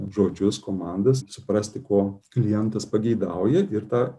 žodžius komandas suprasti ko klientas pageidauja ir tą